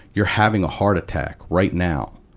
you're having a heart attack right now.